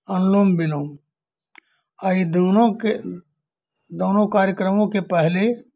अनलोम विलोम ई दोनों के दोनों कार्यक्रमों के पहले